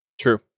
True